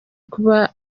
kuba